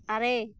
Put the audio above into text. ᱟᱨᱮ